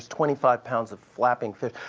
twenty five pounds of flapping fish.